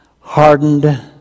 hardened